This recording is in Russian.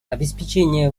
обеспечение